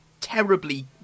terribly